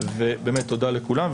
תודה לכולם.